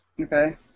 Okay